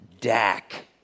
Dak